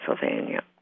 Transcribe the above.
Pennsylvania